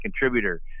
contributor